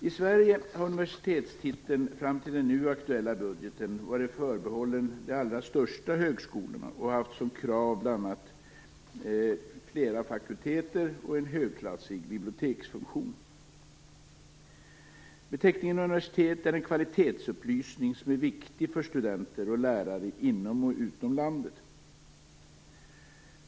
I Sverige har universitetstiteln fram till den nu aktuella budgeten varit förbehållen de allra största högskolorna. Kravet har bl.a. varit att det skall finnas flera fakulteter och en högklassig biblioteksfunktion. Beteckningen universitet är en kvalitetsupplysning som är viktig för studenter och lärare inom och utom landet.